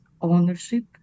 ownership